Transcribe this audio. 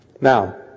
Now